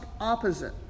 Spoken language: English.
opposite